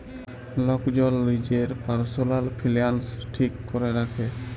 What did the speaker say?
lock জল লিজের পারসলাল ফিলালস ঠিক ক্যরে রাখে